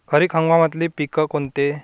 खरीप हंगामातले पिकं कोनते?